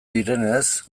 direnez